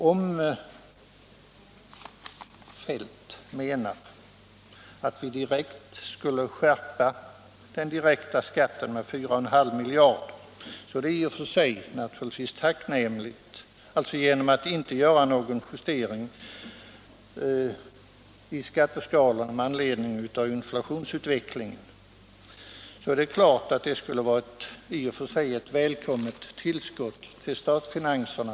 Om herr Feldt menar att vi direkt skulle skärpa den direkta skatten med 4,5 miljarder genom att inte göra någon justering i skatteskalorna med anledning av inflationsutvecklingen skulle det givetvis i och för sig vara ett välkommet tillskott till statskassan.